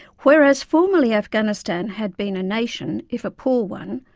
whereas formerly afghanistan had been a nation, if a poor one,